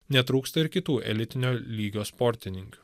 netrūksta ir kitų elitinio lygio sportininkių